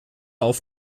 auf